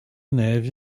neve